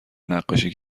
نقاشی